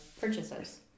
purchases